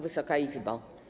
Wysoka Izbo!